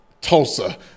Tulsa